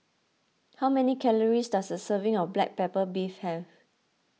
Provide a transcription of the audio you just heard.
how many calories does a serving of Black Pepper Beef have